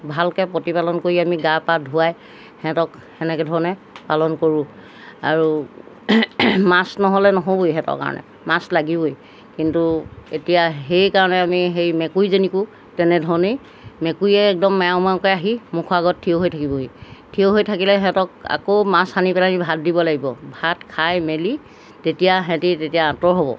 ভালকৈ প্ৰতিপালন কৰি আমি গা পা ধুৱাই সিহঁতক সেনেকৈ ধৰণে পালন কৰোঁ আৰু মাছ নহ'লে নহ'বই সিহঁতৰ কাৰণে মাছ লাগিবই কিন্তু এতিয়া সেইকাৰণে আমি সেই মেকুৰীজনীকো তেনেধৰণেই মেকুৰীয়ে একদম মেও মেওকৈ আহি মুখৰ আগত থিয় হৈ থাকিবই থিয় হৈ থাকিলে সিহঁতক আকৌ মাছ আনি পেলাহেনি ভাত দিব লাগিব ভাত খাই মেলি তেতিয়া সিহঁতি তেতিয়া আঁতৰ হ'ব